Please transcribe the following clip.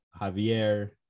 Javier